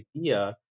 idea